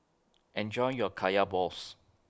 Enjoy your Kaya Balls